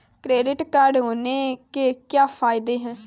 Credit card होने के क्या फायदे हैं?